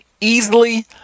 easily